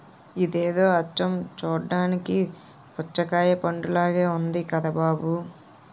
ఇదేదో అచ్చం చూడ్డానికి పుచ్చకాయ పండులాగే ఉంది కదా బాబూ